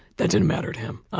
that didn't matter to him.